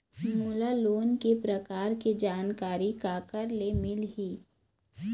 मोला लोन के प्रकार के जानकारी काकर ले मिल ही?